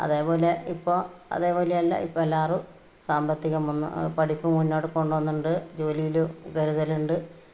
അതുപോലെ ഇപ്പോൾ അതു പോലെയല്ല ഇപ്പോൾ എല്ലാവരും സാമ്പത്തികം വന്നു പഠിപ്പ് മുന്നോട്ടു കൊണ്ട് പോകുന്നുണ്ട് ജോലിയിൽ കരുതലുണ്ട്